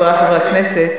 חברי חברי הכנסת,